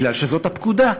כי זאת הפקודה.